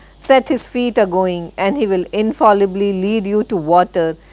set his feet a-going, and he will infallibly lead you to water,